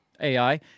AI